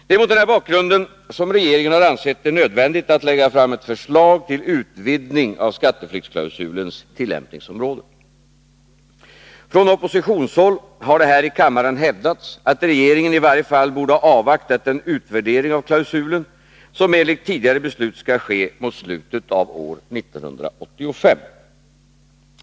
Det är mot denna bakgrund som regeringen ansett det vara nödvändigt att lägga fram ett förslag till utvidgning av skatteflyktsklausulens tillämpningsområde. Från oppositionshåll har det här i kammaren hävdats att regeringen i varje fall borde ha avvaktat den utvärdering av klausulen som enligt tidigare beslut skall ske mot slutet av år 1985.